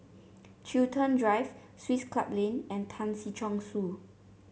Chiltern Drive Swiss Club Lane and Tan Si Chong Su